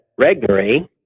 Regnery